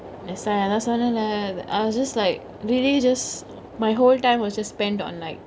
that's why அதா சொன்னனே:athaa sonnaneyh I was just like really just my whole time was just spent on like